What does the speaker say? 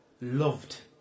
loved